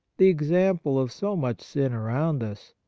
the example of so much sin around us,